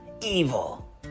evil